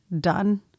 done